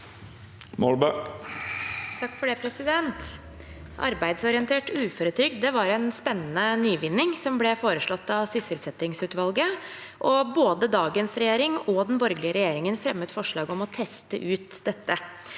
Arbeidsorientert ufø- retrygd var en spennende nyvinning som ble foreslått av sysselsettingsutvalget, og både dagens regjering og den borgerlige regjeringen fremmet forslag om å teste ut dette.